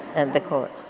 and the court.